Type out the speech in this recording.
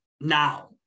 now